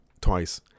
twice